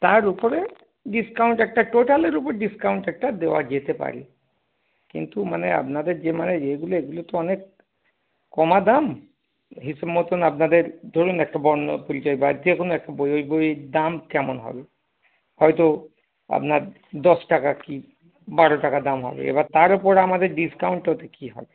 তার ওপরে ডিসকাউন্ট একটা টোটালের ওপর ডিসকাউন্ট একটা দেওয়া যেতে পারে কিন্তু মানে আপনাদের যে মানে এগুলো এগুলো তো অনেক কমা দাম হিসেব মতোন আপনাদের ধরুন একটা বর্ণ পরিচয় বা যেকোনো একটা বই ওই বইয়ের দাম কেমন হবে হয়তো আপনার দশ টাকা কি বারো টাকা দাম হবে এবার তার ওপর আমাদের ডিসকাউন্ট ওতে কি হবে